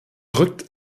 rückt